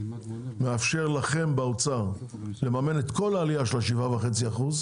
מאפשר לכם באוצר לממן את כל העלייה של ה-7.5%.